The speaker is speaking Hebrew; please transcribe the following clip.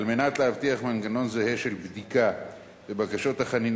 על מנת להבטיח מנגנון זהה של בדיקה בבקשות החנינה